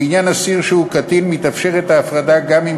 לעניין אסיר שהוא קטין מתאפשרת ההפרדה גם אם